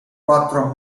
quattro